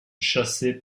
chassait